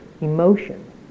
emotion